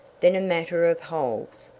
then a matter of holes,